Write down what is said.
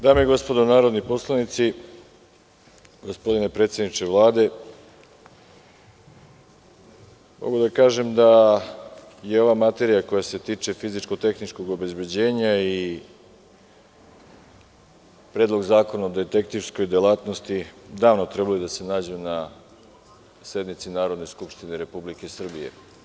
Dame i gospodo narodni poslanici, gospodine predsedniče Vlade, mogu da kažem da je ova materija koja se tiče fizičko-tehničkog obezbeđenja i Predlog zakona o detektivskoj delatnosti davno trebali da se nađu na sednici Narodne skupštine Republike Srbije.